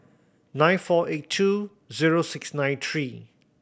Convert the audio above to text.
nine four eight two zero six nine three